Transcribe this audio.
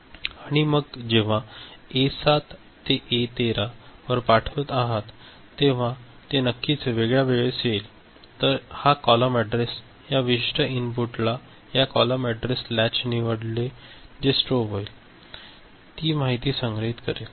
आणि मग जेव्हा आपण ए7 ते ए 13 वर पाठवित आहात तेव्हा ते नक्कीच वेगळ्या वेळेस येईल तर हा कॉलम अॅड्रेस या विशिष्ट इनपुट ला या कॉलम अॅड्रेस लॅच निवडेल जे स्ट्रोब होईल आणि ती माहिती संग्रहित करेल